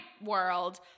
world